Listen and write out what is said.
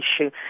issue